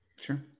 Sure